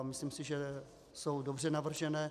Myslím si, že jsou dobře navržené.